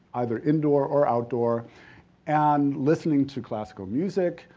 either indoor or outdoor and listening to classical music,